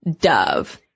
Dove